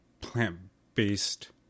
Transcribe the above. plant-based